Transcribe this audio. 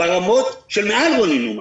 ברמות של מעל רוני נומה.